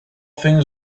things